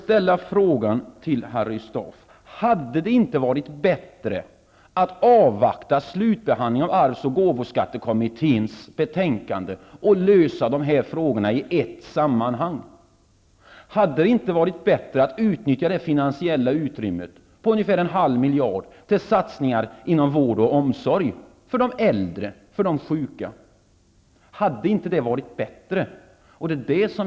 Jag vill fråga Harry Staaf: Hade det inte varit bättre att avvakta slutbehandlingen av arvs och gåvoskattekommitténs betänkande och lösa de här frågorna i ett sammanhang? Hade det inte varit bättre att utnyttja det finansiella utrymmet på ungefär en halv miljard till satsningar inom vård och omsorg, för de äldre och de sjuka? Hade det inte varit bättre?